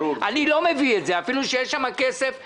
אני לא מביא את זה אפילו שיש שם כסף למוכש"ר,